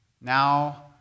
Now